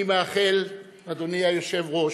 אני מאחל, אדוני היושב-ראש,